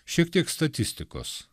šiek tiek statistikos